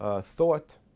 thought